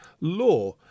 law